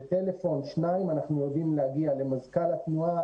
בטלפון אחד או שניים אנחנו יודעים להגיע למזכ"ל התנועה,